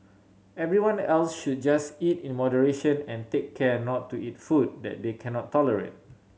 everyone else should just eat in moderation and take care not to eat food that they cannot tolerate